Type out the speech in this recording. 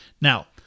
Now